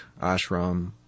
ashram